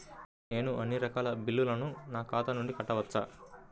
నేను అన్నీ రకాల బిల్లులను నా ఖాతా నుండి కట్టవచ్చా?